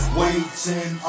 waiting